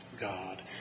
God